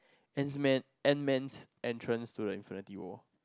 ant-man ant-man's entrance to the Infinity-War